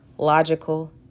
logical